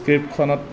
স্ক্ৰীপ্টখনত